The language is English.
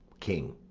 king.